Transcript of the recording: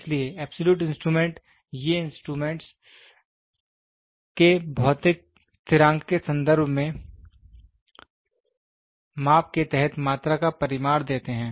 इसलिए absolute instrument ये instrument instrument के भौतिक स्थिरांक के संदर्भ में माप के तहत मात्रा का परिमाण देते हैं